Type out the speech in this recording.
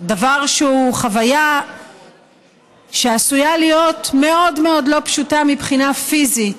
דבר שהוא חוויה שעשויה להיות מאוד מאוד לא פשוטה מבחינה פיזית,